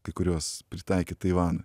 kai kuriuos pritaikyt taivanui